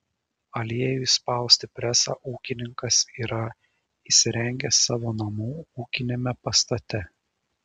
aliejui spausti presą ūkininkas yra įsirengęs savo namų ūkiniame pastate